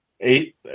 Eight